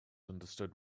understood